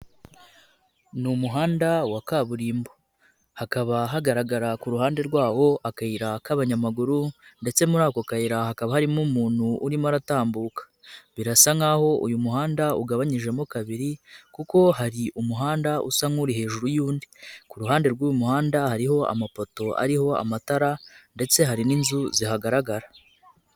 Ni umuhanda wa kaburimbo, hakaba hagaragarara ku ruhande rwawo akayira k'abanyamaguru ndetse muri ako kayira hakaba harimo umuntu urimo aratambuka, birasa nkaho uyu muhanda ugabanyijemo kabiri kuko hari umuhanda usa n'uri hejuru y'undi, ku ruhande rw'uyu muhanda hariho amapoto ariho amatara ndetse hari n'inzu zihagaragara.